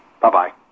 Bye-bye